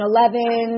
Eleven